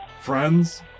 friends